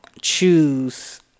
choose